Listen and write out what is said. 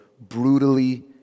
brutally